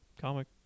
comic